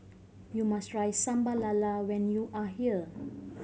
you must try Sambal Lala when you are here